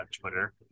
Twitter